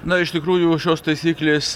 na iš tikrųjų šios taisyklės